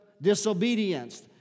disobedience